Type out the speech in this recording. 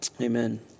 amen